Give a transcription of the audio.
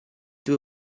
due